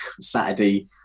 Saturday